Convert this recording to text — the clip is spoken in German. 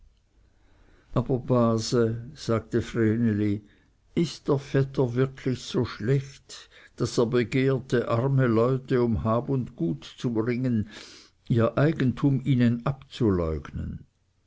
aber base sagte vreneli ist der vetter wirklich so schlecht daß er begehrte arme leute um hab und gut zu bringen ihr eigentum ihnen abzuleugnen